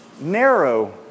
narrow